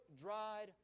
dried